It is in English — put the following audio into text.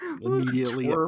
immediately